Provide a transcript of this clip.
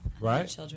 Right